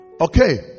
okay